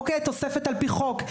תוספת על פי חוק.